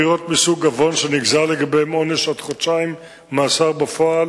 עבירות מסוג עוון שנגזר לגביהן עונש עד חודשיים מאסר בפועל,